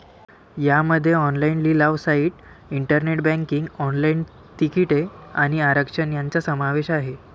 यामध्ये ऑनलाइन लिलाव site, internet banking, online तिकिटे आणि आरक्षण यांचा समावेश आहे